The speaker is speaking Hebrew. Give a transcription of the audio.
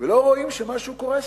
ולא רואים שמשהו קורה סביבנו,